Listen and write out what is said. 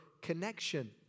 connection